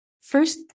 First